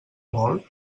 molt